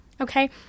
Okay